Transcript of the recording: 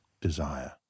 desire